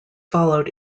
followed